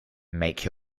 make